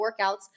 workouts